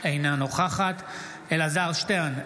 אינה נוכחת אלעזר שטרן,